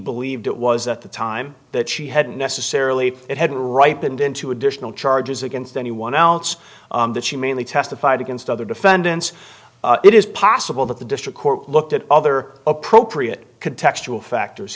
believed it was at the time that she had necessarily it hadn't ripened into additional charges against anyone else that she mainly testified against other defendants it is possible that the district court looked at other appropriate contextual factors